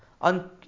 on